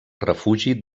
refugi